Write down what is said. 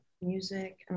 music